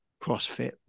CrossFit